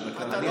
אדוני השר,